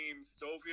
soviet